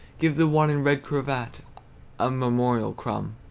give the one in red cravat a memorial crumb.